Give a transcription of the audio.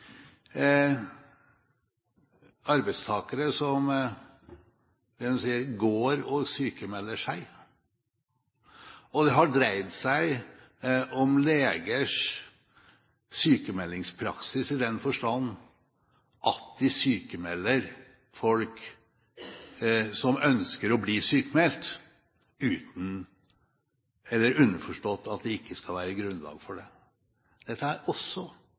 arbeidstakere som «går og sykmelder seg», og det har dreid seg om legers sykmeldingspraksis i den forstand at de sykmelder folk som ønsker å bli sykmeldt, underforstått at det ikke er grunnlag for det. Dette er også